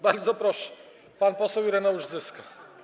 Bardzo proszę, pan poseł Ireneusz Zyska.